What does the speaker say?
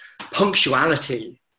punctuality